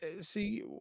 see